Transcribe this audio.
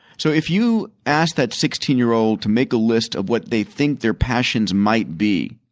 so, if you asked that sixteen year old to make a list of what they think their passions might be